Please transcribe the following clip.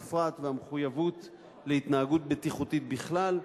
בפרט, והמחויבות להתנהגות בטיחותית בכלל.